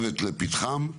לפתחם.